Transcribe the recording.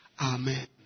Amen